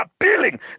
appealing